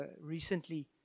recently